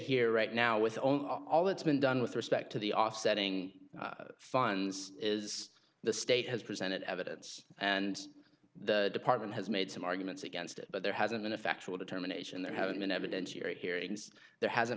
here right now with only all that's been done with respect to the offsetting funds is the state has presented evidence and the department has made some arguments against it but there hasn't been a factual determination there haven't been evidentiary hearings there hasn't